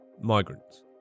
migrants